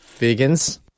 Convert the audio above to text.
Vegans